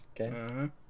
okay